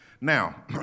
Now